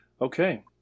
okay